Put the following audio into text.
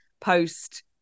post